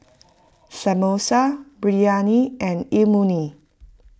Samosa Biryani and Imoni